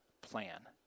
plan